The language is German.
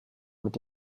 mit